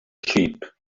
sheep